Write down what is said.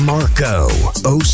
Marco